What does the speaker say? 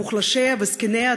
למוחלשיה וזקניה,